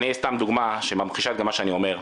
סתם דוגמא, שממחישה גם מה שאני אומר,